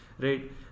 right